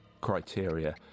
criteria